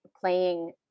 playing